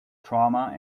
trauma